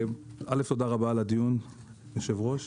א' תודה רבה על הדיון יושב הראש.